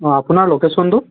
অ' আপোনাৰ ল'কেচনটো